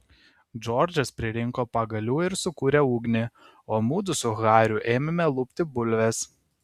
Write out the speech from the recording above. džordžas pririnko pagalių ir sukūrė ugnį o mudu su hariu ėmėme lupti bulves